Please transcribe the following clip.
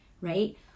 right